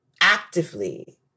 actively